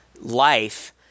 life